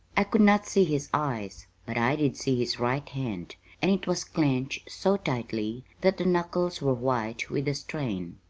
i could not see his eyes, but i did see his right hand and it was clenched so tightly that the knuckles were white with the strain.